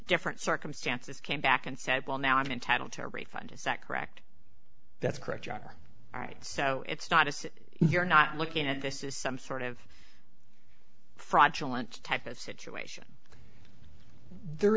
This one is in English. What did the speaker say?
different circumstances came back and said well now i'm entitled to a refund is that correct that's correct you are right so it's not as if you're not looking at this is some sort of fraudulent t